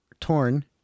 torn